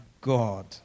God